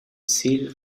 sri